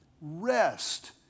rest